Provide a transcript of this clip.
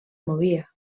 movia